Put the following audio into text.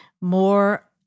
more